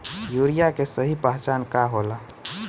Urea के सही पहचान का होला?